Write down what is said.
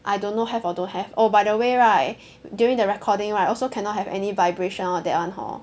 I don't know have or don't have oh by the way right during the recording right also cannot have any vibration all that [one] hor